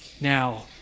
now